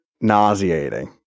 nauseating